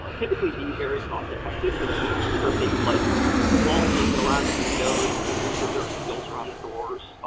ah typically be very cost-effective. so, these are things like caulking around the windows, making sure there are seals around the doors.